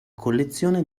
collezione